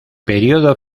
período